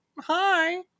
Hi